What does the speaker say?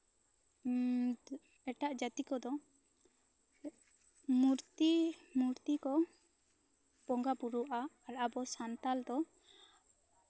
ᱦᱮᱸ ᱮᱴᱟᱜ ᱡᱟᱹᱛᱤ ᱠᱚᱫᱚ ᱢᱩᱨᱛᱤ ᱢᱩᱨᱛᱤ ᱠᱚ ᱵᱚᱸᱜᱟ ᱵᱳᱨᱳᱜᱼᱟ ᱟᱨ ᱟᱵᱚ ᱥᱟᱱᱛᱟᱲ ᱫᱚ